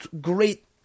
great